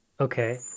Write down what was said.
Okay